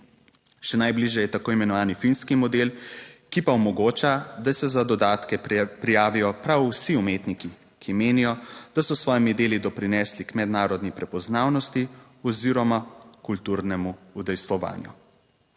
Še najbližje je tako imenovani finski model, ki pa omogoča, da se za dodatke prijavijo prav vsi umetniki, ki menijo, da so s svojimi deli doprinesli k mednarodni prepoznavnosti oziroma kulturnemu udejstvovanju.